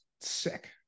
sick